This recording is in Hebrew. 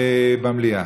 במליאה.